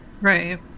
Right